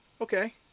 okay